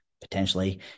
potentially